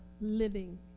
living